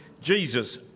Jesus